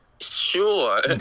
Sure